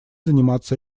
заниматься